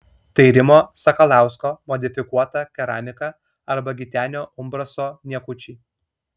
tai rimo sakalausko modifikuota keramika arba gitenio umbraso niekučiai